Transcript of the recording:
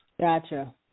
Gotcha